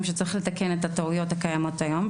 שצריך לתקן את הטעויות הקיימות היום,